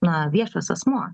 na viešas asmuo